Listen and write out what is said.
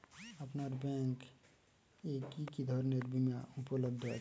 আপনার ব্যাঙ্ক এ কি কি ধরনের বিমা উপলব্ধ আছে?